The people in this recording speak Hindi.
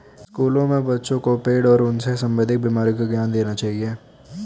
स्कूलों में बच्चों को पेड़ और उनसे संबंधित बीमारी का ज्ञान देना चाहिए